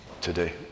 today